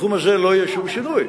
בתחום הזה לא יהיה שום שינוי.